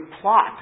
plot